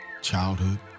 childhood